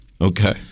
Okay